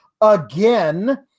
again